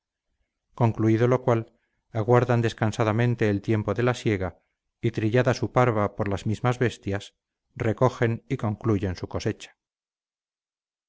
concluido lo cual aguardan descansadamente el tiempo de la siega y trillada su parva por las mismas bestias recogen y concluyen su cosecha